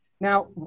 Now